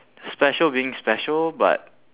special being special but